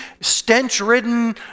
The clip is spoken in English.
stench-ridden